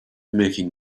making